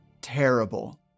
terrible